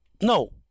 No